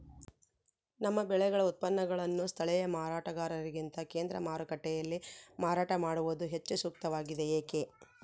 ನಮ್ಮ ಬೆಳೆಗಳ ಉತ್ಪನ್ನಗಳನ್ನು ಸ್ಥಳೇಯ ಮಾರಾಟಗಾರರಿಗಿಂತ ಕೇಂದ್ರ ಮಾರುಕಟ್ಟೆಯಲ್ಲಿ ಮಾರಾಟ ಮಾಡುವುದು ಹೆಚ್ಚು ಸೂಕ್ತವಾಗಿದೆ, ಏಕೆ?